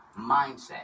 mindset